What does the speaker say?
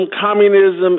communism